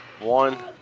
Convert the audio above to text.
one